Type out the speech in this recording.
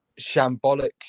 shambolic